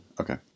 Okay